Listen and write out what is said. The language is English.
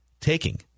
Taking